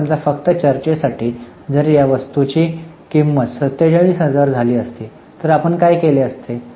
आता समजा फक्त चर्चेसाठी जर या वस्तूची किंमत 47000 झाली असती तर आपण काय केले असते